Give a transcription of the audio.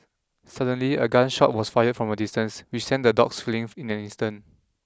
suddenly a gun shot was fired from a distance which sent the dogs fleeing in an instant